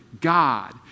God